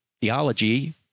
theology